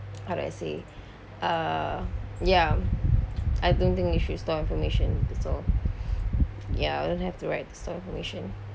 how do I say uh ya I don't think you should store information at all ya don't have the right to store information